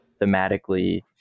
thematically